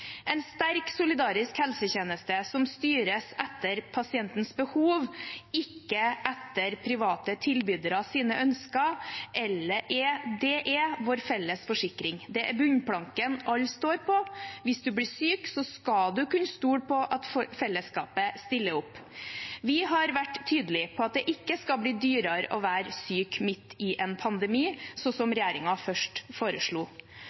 En sterk solidarisk helsetjeneste, som styres etter pasientens behov – ikke etter private tilbyderes ønsker – er vår felles forsikring. Det er bunnplanken alle står på. Hvis man blir syk, skal man kunne stole på at fellesskapet stiller opp. Vi har vært tydelig på at det ikke skal bli dyrere å være syk midt i en pandemi, slik regjeringen først foreslo.